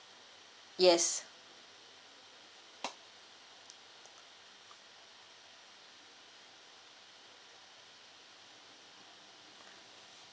yes